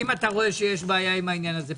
שיש בעיה עם העניין הזה,